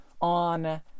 on